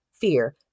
fear